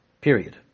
Period